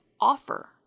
offer